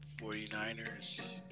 49ers